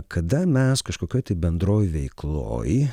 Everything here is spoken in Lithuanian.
kada mes kažkokioj bendroj veikloj